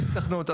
אין היתכנות.